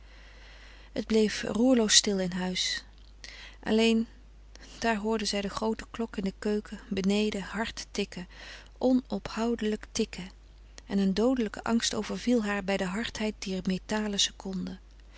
het bleef roerloos stil in huis alleen daar hoorde zij de groote klok in de keuken beneden hard tikken onophoudelijk tikken en een doodelijke angst overviel haar bij de hardheid dier metalen seconden